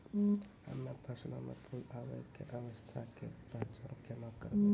हम्मे फसलो मे फूल आबै के अवस्था के पहचान केना करबै?